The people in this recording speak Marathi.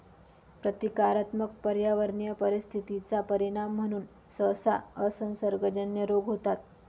प्रतीकात्मक पर्यावरणीय परिस्थिती चा परिणाम म्हणून सहसा असंसर्गजन्य रोग होतात